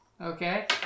Okay